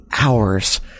hours